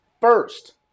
first